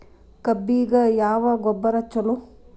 ಕಬ್ಬಿಗ ಯಾವ ಗೊಬ್ಬರ ಛಲೋ?